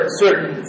certain